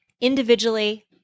individually